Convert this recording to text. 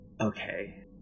Okay